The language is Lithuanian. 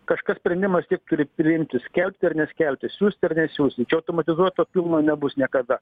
kažkas sprendimą vis tiek turi priimti skelbti ar neskelbti siųsti ar nesiųsti čia automatizuoto filmo nebus niekada